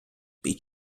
під